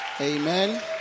Amen